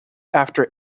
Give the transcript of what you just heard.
after